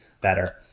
better